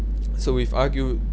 so we've argued